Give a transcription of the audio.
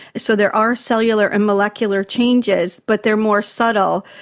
so there are cellular and molecular changes but they're more subtle.